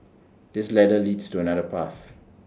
this ladder leads to another path